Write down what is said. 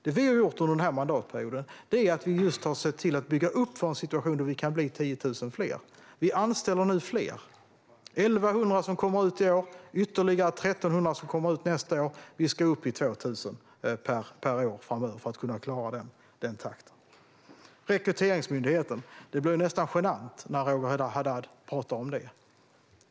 Det vi har gjort under denna mandatperiod är just att se till att bygga upp för en situation där det kan bli 10 000 fler poliser. Vi anställer nu fler. Det är 1 100 som kommer ut i år och ytterligare 1 300 som kommer ut nästa år. Vi ska komma upp i 2 000 poliser per år framöver för att kunna klara denna takt. Det blir nästan genant när Roger Haddad talar om Rekryteringsmyndigheten.